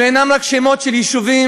אלה אינם רק שמות של יישובים,